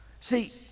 See